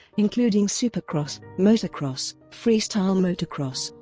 including supercross, motocross, freestyle motocross,